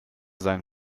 sein